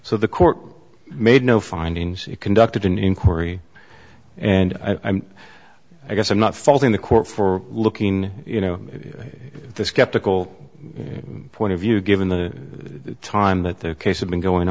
so the court made no findings it conducted an inquiry and i'm i guess i'm not faulting the court for looking you know the skeptical point of view given the time that their case had been going